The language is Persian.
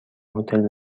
هتل